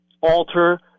alter